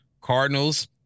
Cardinals